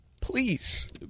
Please